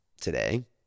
today